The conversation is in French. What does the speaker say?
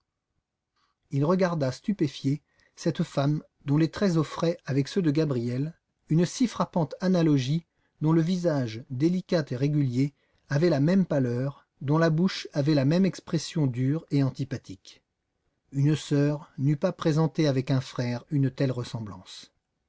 il regardait stupéfié cette femme dont les traits offraient avec ceux de gabriel une si frappante analogie dont le visage délicat et régulier avait la même pâleur dont la bouche avait la même expression dure et antipathique une sœur n'eût pas présenté avec un frère une telle ressemblance